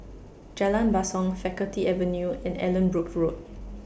Jalan Basong Faculty Avenue and Allanbrooke Road